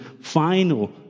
final